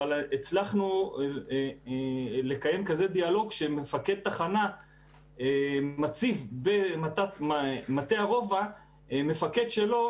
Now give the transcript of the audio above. אבל הצלחנו לקיים דיאלוג שמפקד תחנה מציב במטה הרובע מפקד שלו,